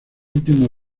último